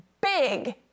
Big